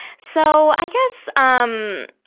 so, i guess, um,